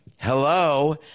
Hello